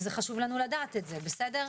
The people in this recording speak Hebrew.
זה חשוב לנו לדעת את זה, בסדר?